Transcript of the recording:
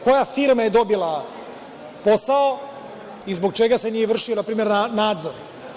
Koja firma je dobila posao i zbog čega se nije vršio, na primer, nadzor?